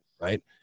Right